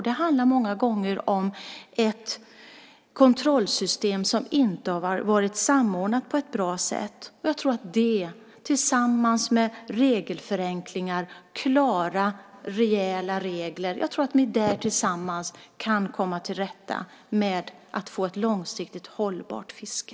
Det handlar många gånger om ett kontrollsystem som inte har varit samordnat på ett bra sätt. Jag tror att det här tillsammans med regelförenklingar, klara rejäla regler, kan göra att vi kan få ett långsiktigt hållbart fiske.